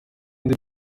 ngo